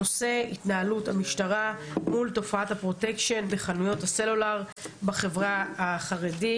הנושא: התנהלות המשטרה מול תופעת הפרוטקשן בחנויות הסלולר בחברה החרדית.